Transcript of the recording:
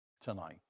tonight